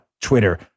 Twitter